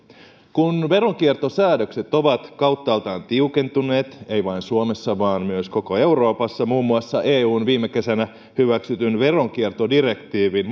kun veronkiertosäädökset ovat kauttaaltaan tiukentuneet ei vain suomessa vaan myös koko euroopassa muun muassa eun viime kesänä hyväksymän veronkiertodirektiivin